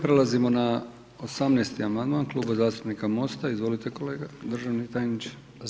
Prelazimo na 18. amandman Kluba zastupnika Mosta, izvolite kolega državni tajniče.